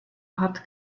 hat